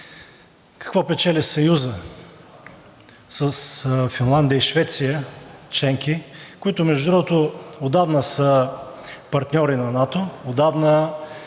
Какво печели Съюзът с Финландия и Швеция – членки, които, между другото, отдавна са партньори на НАТО, отдавна